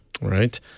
right